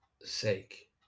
sake